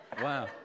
Wow